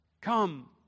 come